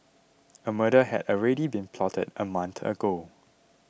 a murder had already been plotted a month ago